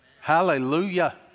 Hallelujah